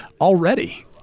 already